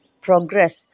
progress